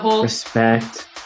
respect